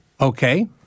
Okay